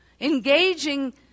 engaging